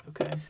Okay